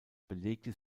belegte